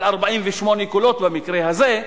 על 48 קולות במקרה הזה,